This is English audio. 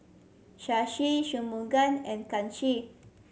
Shashi Shunmugam and Kanshi